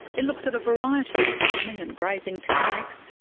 it looks at a variety of farming and grazing techniques,